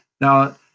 Now